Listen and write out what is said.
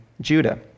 Judah